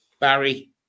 Barry